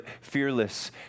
fearless